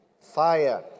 fire